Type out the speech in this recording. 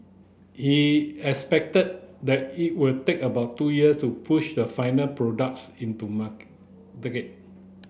he expected that it will take about two years to push the final products into mark